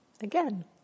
Again